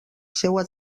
seua